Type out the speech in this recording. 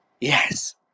yes